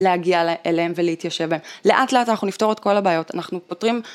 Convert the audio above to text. להגיע אליהם ולהתיישב בהם. לאט לאט אנחנו נפתור את כל הבעיות אנחנו פותרים